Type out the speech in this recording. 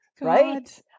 Right